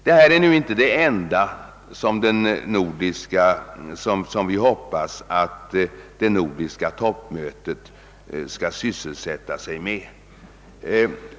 Detta är nu inte det enda som vi hoppas att det nordiska toppmötet skall sysselsätta sig med.